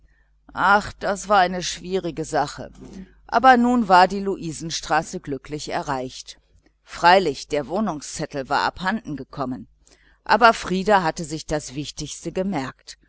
ach das war eine schwierige sache aber nun war auch die luisenstraße glücklich erreicht freilich die adresse war abhanden gekommen aber frieder hatte sich das wichtigste gemerkt